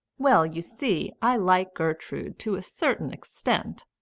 well, you see, i like gertrude to a certain extent,